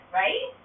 right